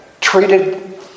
treated